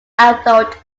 adult